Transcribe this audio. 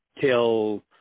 till